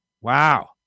wow